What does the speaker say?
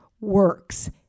works